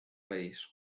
país